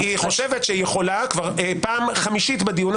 אני אומר שהמשפט מנגנון ההתגברות מאפשר פגיעה בזכויות אדם,